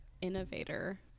innovator